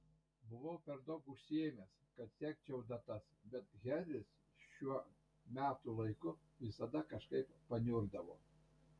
buvau per daug užsiėmęs kad sekčiau datas bet henris šiuo metų laiku visada kažkaip paniurdavo